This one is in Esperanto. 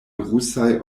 rusaj